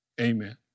amen